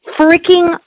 freaking